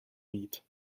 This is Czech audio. mít